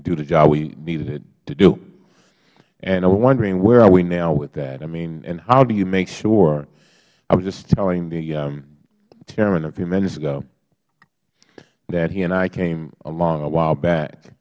do the job we needed it to do and i am wondering where are we now with that and how do you make sure i was just telling the chairman a few minutes ago that he and i came along a while back